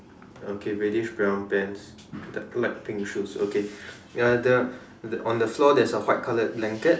okay reddish brown pants the light pink shoes okay uh the on the floor there's a white colour blanket